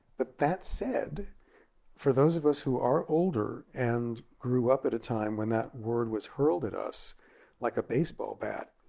but that said for those of us who are older and grew up at a time when that word was hurled at us like a baseball bat,